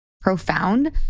profound